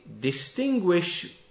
distinguish